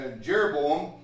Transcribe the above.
Jeroboam